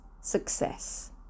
success